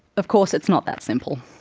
of course, it is not that simple,